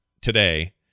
today